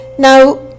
Now